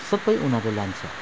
सबै उनीहरूले लान्छ